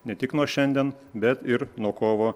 ne tik nuo šiandien bet ir nuo kovo